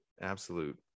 absolute